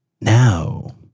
Now